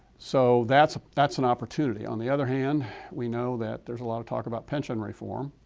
so that's that's an opportunity. on the other hand we know that there's a lot of talk about pension reform,